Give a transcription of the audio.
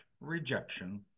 rejection